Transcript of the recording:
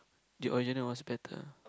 the original one's better